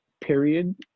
period